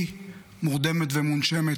היא מורדמת ומונשמת.